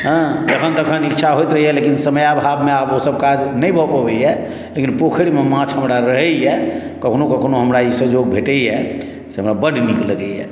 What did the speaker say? हँ जखन तखन इच्छा होइत रहैए लेकिन समयाभावमे ओ काजसभ नहि भऽ पबैए लेकिन पोखरिमे माछ हमरा रहैए कखनहु कखनहु हमरा ई संजोग भेटैए से हमरा बड्ड नीक लगैए